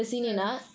mm